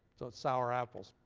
so it's sour apples.